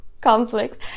conflict